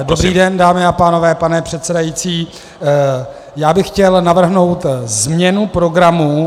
Dobrý den, dámy a pánové, pane předsedající, já bych chtěl navrhnout změnu programu.